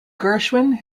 gershwin